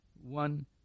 one